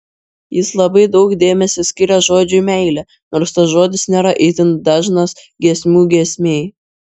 jis labai daug dėmesio skiria žodžiui meilė nors tas žodis nėra itin dažnas giesmių giesmėje